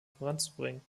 voranzubringen